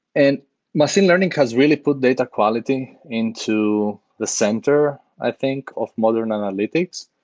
and machine learning has really put data quality into the center i think of modern analytics,